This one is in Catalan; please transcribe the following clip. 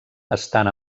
estan